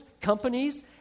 companies